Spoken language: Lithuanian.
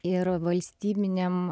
ir valstybinėm